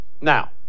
Now